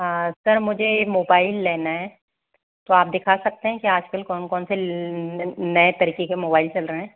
sir मुझे mobile लेना है तो आप दिखा सकते हैं कि आज कल कौन कौन से नये तरीके के मोबाइल चल रहे हैं